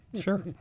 Sure